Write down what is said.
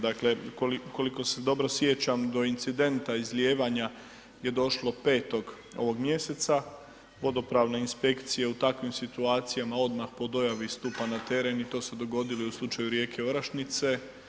Dakle, koliko se dobro sjećam do incidenta izlijevanja je došlo 5. ovog mjeseca, vodopravne inspekcije u takvim situacijama odmah po dojavi stupa na teren i to se dogodilo i u slučaju rijeke Orašnice.